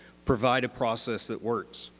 provide a process that works.